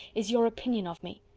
is your opinion of me!